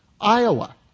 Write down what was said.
Iowa